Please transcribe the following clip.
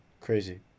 crazy